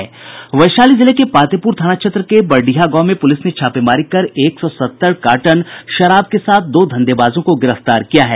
वैशाली जिले में पातेपुर थाना क्षेत्र के बरडीहा गांव में पुलिस ने छापेमारी कर एक सौ सत्तर कार्टन शराब के साथ दो धंधेबाजों को गिरफ्तार किया है